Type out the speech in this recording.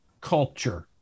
culture